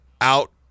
out